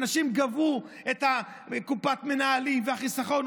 אנשים גבו את קופת המנהלים ואת החיסכון,